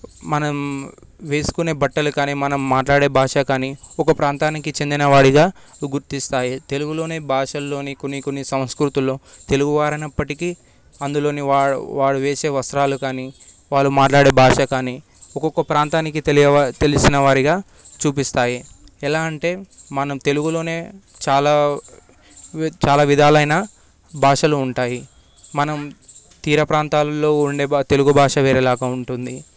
మనం వేసుకునే బట్టలు కానీ మనం మాట్లాడే భాష కానీ ఒక ప్రాంతానికి చెందిన వాడిగా గుర్తిస్తాయి తెలుగులోని భాషలోని కొన్ని కొన్ని సంస్కృతిలు తెలుగువారైనప్పటికీ అందులోని వా వాడు వేసే వస్త్రాలు కానీ వారు మాట్లాడే భాష కానీ ఒక్కొక్క ప్రాంతానికి తెలి తెలిసిన వారిగా చూపిస్తాయి ఎలా అంటే మనం తెలుగులోనే చాలా చాలా విధాలైనా భాషలు ఉంటాయి మనం తీరప్రాంతాలలో ఉండే తెలుగు భాష వేరేలాగా ఉంటుంది